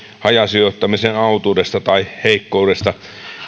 hajasijoittamisen autuudesta tai heikkoudesta